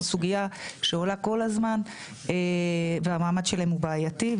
זו סוגיה שעולה כל הזמן והמעמד שלהם הוא בעייתי.